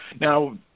Now